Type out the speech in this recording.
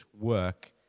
work